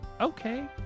okay